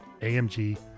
AMG